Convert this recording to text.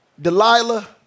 Delilah